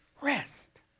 rest